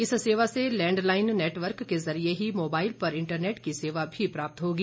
इस सेवा से लैंडलाइन नेटवर्क के जरिए ही मोबाइल पर इंटरनेट की सेवा भी प्राप्त होगी